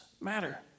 matter